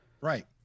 Right